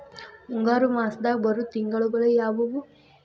ಮುಂಗಾರು ಮಾಸದಾಗ ಬರುವ ತಿಂಗಳುಗಳ ಯಾವವು?